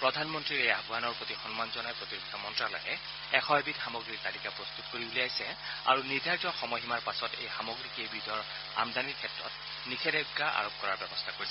প্ৰধানমন্ত্ৰীৰ এই আহানৰ প্ৰতি সন্মান জনাই প্ৰতিৰক্ষা মন্ত্যালয়ে এশ এবিধ সামগ্ৰীৰ তালিকা প্ৰস্তুত কৰি উলিয়াইছে আৰু নিৰ্ধাৰিত সময়সীমাৰ পাছত এই সামগ্ৰী কেইবিধৰ আমদানিৰ ক্ষেত্ৰত নিষেধাজ্ঞা আৰোপৰ ব্যৱস্থা কৰিছে